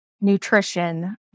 nutrition